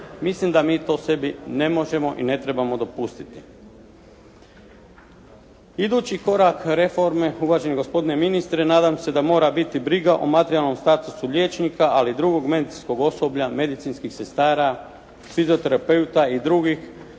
Mislim da mi to sebi ne možemo i ne trebamo dopustiti. Idući korak reforme uvaženi gospodine ministre, nadam se da mora biti briga o materijalnom statusu liječnika, ali i drugog medicinskog osoblja, medicinskih sestara, fizioterapeuta i drugih